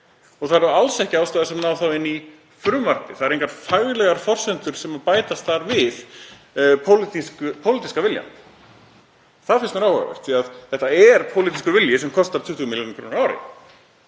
Og það eru alls ekki ástæður sem ná inn í frumvarpið. Það eru engar faglegar forsendur sem bætast þar við pólitíska viljann. Það finnst mér áhugavert því að um er að ræða pólitískan vilja sem kostar 20 millj. kr. á ári.